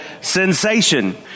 sensation